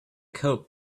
coat